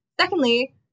Secondly